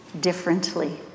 differently